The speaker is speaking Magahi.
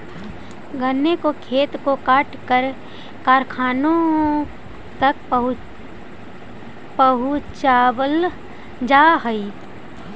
गन्ने को खेत से काटकर कारखानों तक पहुंचावल जा हई